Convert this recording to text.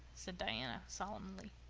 said diana solemnly.